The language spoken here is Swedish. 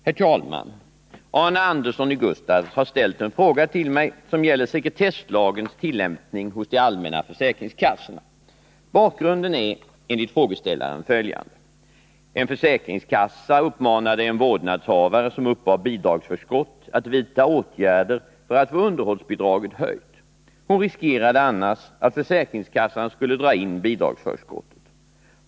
Herr talman! Arne Andersson i Gustafs har ställt en fråga till mig som gäller sekretesslagens tillämpning hos de allmänna försäkringskassorna. Bakgrunden är enligt frågeställaren följande. En försäkringskassa uppmanade en vårdnadshavare som uppbar bidragsförskott att vidta åtgärder för att få underhållsbidraget höjt. Hon riskerade annars att försäkringskassan skulle dra in bidragsförskottet.